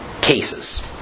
cases